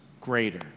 greater